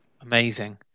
Amazing